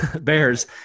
bears